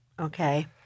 Okay